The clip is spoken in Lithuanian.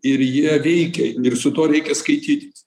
ir jie veikia ir su tuo reikia skaitytis